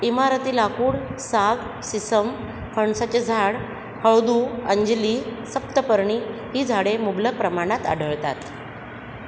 इमारती लाकूड साग सिसम फणसाचे झाड हळदू अंजली सप्तपर्णी ही झाडे मुबलक प्रमाणात आढळतात